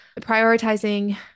prioritizing